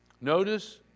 Notice